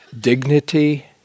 dignity